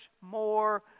more